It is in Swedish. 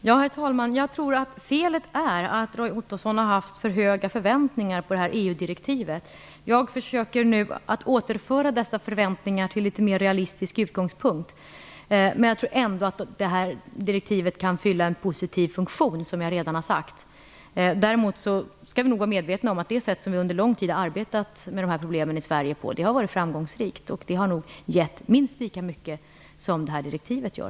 Herr talman! Jag tror att felet är att Roy Ottosson har haft för höga förväntningar på EU-direktivet. Jag försöker nu att återföra dessa förväntningar till en litet mer realistisk utgångspunkt. Men jag tror ändå att direktivet kan fylla en positiv funktion, som jag redan har sagt. Däremot skall vi nog vara medvetna om att det sätt som vi under lång tid har arbetat på med de här problemen i Sverige har varit framgångsrikt. Det har nog gett minst lika mycket som det här direktivet gör.